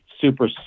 super